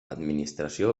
administració